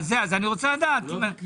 אני רוצה לדעת.